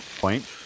Point